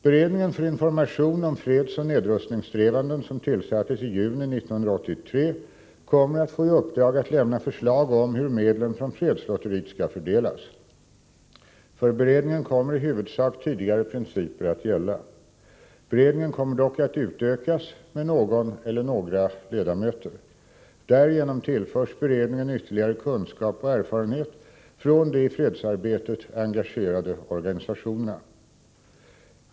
Beredningen för information om fredsoch nedrustningssträvanden som tillsattes i juni 1983 kommer att få i uppdrag att lämna förslag om hur medlen från fredslotteriet skall fördelas. För beredningen kommer i huvudsak tidigare principer att gälla. Beredningen kommer dock att utökas med någon eller några ledamöter. Därigenom tillförs beredningen ytterligare kunskap och erfarenhet från de i fredsarbetet engagerade organisationerna.